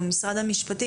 או משרד המשפטים,